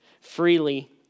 freely